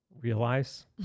realize